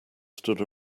stood